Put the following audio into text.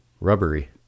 rubbery